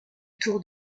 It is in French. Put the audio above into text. tour